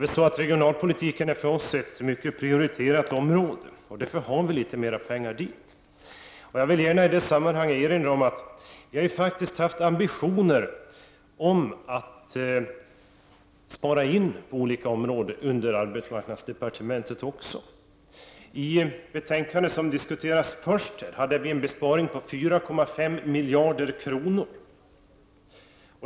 Men regionalpolitiken är för oss ett mycket prioriterat område, och därför vill vi att det anslås litet mera pengar dit. Låt mig i det sammanhanget erinra om att vi också har haft ambitioner att göra besparingar på olika punkter inom arbetsmarknadsdepartementets område. I det betänkande som diskuterades först i dag behandlades förslag från oss om en besparing på 4,5 miljarder kronor.